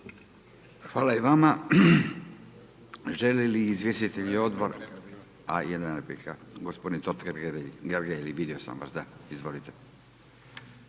Hvala i vama.